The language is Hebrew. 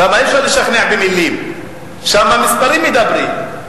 שם אי-אפשר לשכנע במלים, שם המספרים מדברים.